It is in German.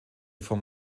vom